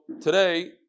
today